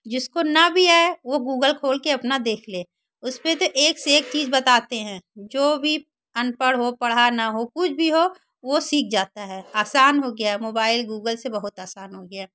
जिसको ना भी आए वह गूगल खोल के अपना देख ले उसपर तो एक से एक चीज़ बताते हैं जो भी अनपढ़ हो पढ़ा ना हो कुछ भी हो वो सिख जाता है आसान हो गया है मोबाईल गूगल से बहुत आसान हो गया